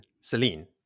Celine